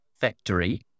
factory